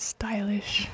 Stylish